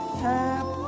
tap